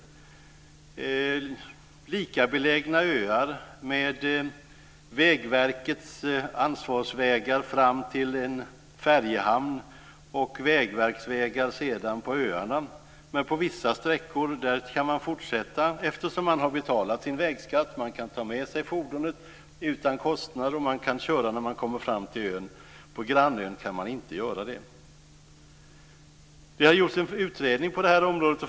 För lika belägna öar finns Vägverkets ansvarsvägar fram till en färjehamn och vägverksvägar på öarna. På vissa sträckor går det att fortsätta eftersom man har betalat sin vägskatt, man kan ta med sig fordonet utan kostnad och köra det när man kommer fram till ön. På grannön går det inte att göra. Det har gjorts en utredning på området.